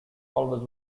always